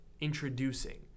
introducing